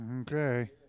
Okay